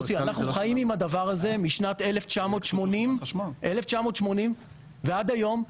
אנחנו חיים עם הדבר הזה משנת 1980 ועד היום,